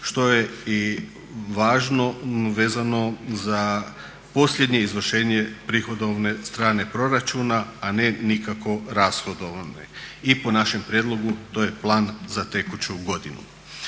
što je i važno vezano za posljednje izvršenje prihodovne strane proračuna, a ne nikako rashodovne. I po našem prijedlogu to je plan za tekuću godinu.